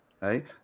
right